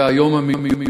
ואת היום המיוחד,